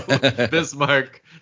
Bismarck